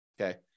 Okay